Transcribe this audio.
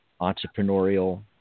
entrepreneurial